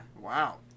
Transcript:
Wow